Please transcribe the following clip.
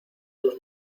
sus